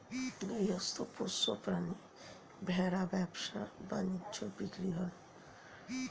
গৃহস্থ পোষ্য প্রাণী ভেড়া ব্যবসা বাণিজ্যে বিক্রি হয়